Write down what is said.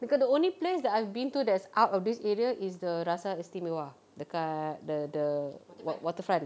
because the only place that I've been to that's out of this area is the rasa istimewa dekat the the wa~ waterfront